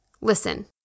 Listen